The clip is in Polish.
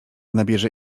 nabierze